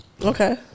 Okay